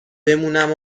بمونم